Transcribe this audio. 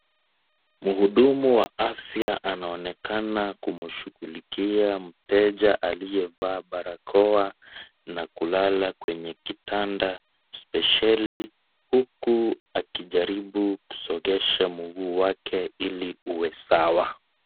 Mhudumu wa afya anaonekana kumshughuikia mteja aliyevaa barakoa na kulala kwenye kitanda spesheli huku akijaribu kusongesha mguu wake ili uwe sawa.